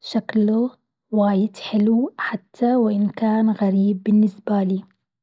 شكله واجد حلو حتى وإن كان غريب بالنسبة لي.